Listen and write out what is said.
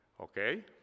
okay